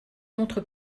montre